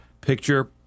picture